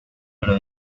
pero